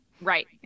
Right